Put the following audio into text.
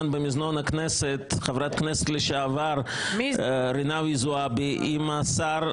במזנון הכנסת חברת הכנסת לשעבר רינאוי-זועבי עם השר,